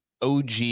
OG